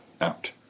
Out